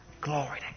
Glory